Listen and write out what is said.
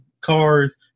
cars